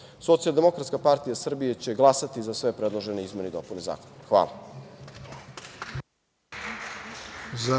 dogovora. Socijaldemokratska partija Srbije će glasati za sve predložene izmene i dopune zakona. Hvala.